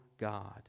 God